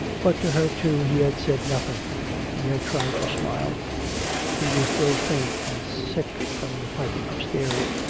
but to her, too, he had said nothing he had tried to smile he was still faint and sick from the fight upstairs.